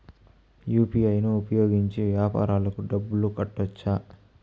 UPI ను ఉపయోగించి వ్యాపారాలకు డబ్బులు కట్టొచ్చా?